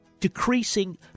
decreasing